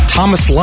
Thomas